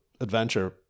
adventure